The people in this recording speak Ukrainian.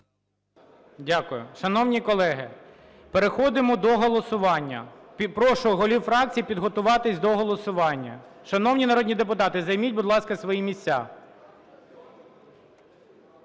Дякую. Шановні колеги, переходимо до голосування. Прошу голів фракцій підготуватися до голосування. Шановні народні депутати, займіть, будь ласка, свої місця.